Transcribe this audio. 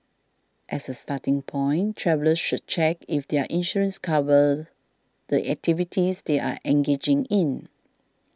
as a starting point travellers should check if their insurance covers the activities they are engaging in